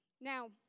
Now